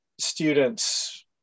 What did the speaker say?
students